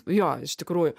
jo iš tikrųjų